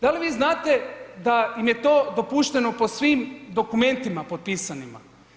Da li vi znate da im je to dopušteno po svim dokumentima potpisanima?